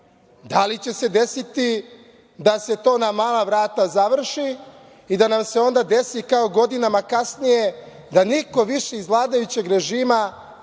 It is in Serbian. Da li će se desiti da se to na mala vrata završi i da nam se onda desi kao godinama kasnije, da niko više iz vladajućeg režima,